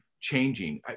changing